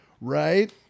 right